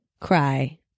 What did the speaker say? Cry